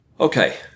Okay